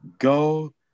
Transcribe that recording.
Go